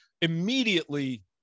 immediately